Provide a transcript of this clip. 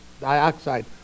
dioxide